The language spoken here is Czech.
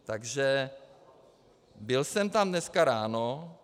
Takže byl jsem tam dneska ráno.